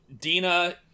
Dina